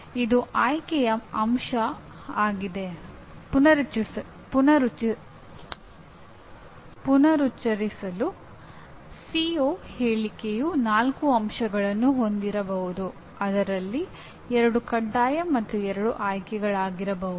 ಇದು ಸಿಒ ಹೇಳಿಕೆಯು ನಾಲ್ಕು ಅಂಶಗಳನ್ನು ಹೊಂದಿರಬಹುದು ಅದರಲ್ಲಿ ಎರಡು ಕಡ್ಡಾಯ ಮತ್ತು ಎರಡು ಆಯ್ಕೆಗಳಾಗಿರಬಹುದು